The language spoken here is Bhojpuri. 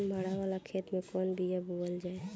बाड़ वाले खेते मे कवन बिया बोआल जा?